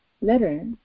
letter